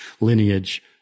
lineage